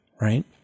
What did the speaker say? right